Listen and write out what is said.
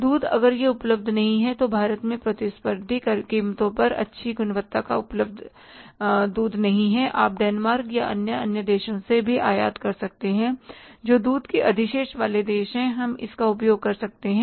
दूध अगर यह उपलब्ध नहीं है तो भारत में प्रतिस्पर्धी कीमतों पर अच्छी गुणवत्ता का दूध उपलब्ध नहीं है आप डेनमार्क या शायद अन्य देशों से भी आयात कर सकते हैं जो दूध के अधिशेष वाले देश हैं और हम इसका उपयोग कर सकते हैं